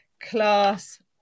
class